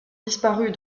disparues